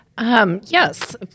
Yes